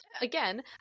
again